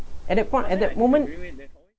at that point at that moment